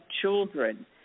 children